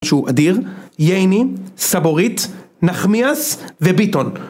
שהוא אדיר, ייני, סבורית, נחמיאס וביטון